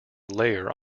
layer